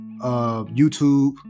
YouTube